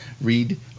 read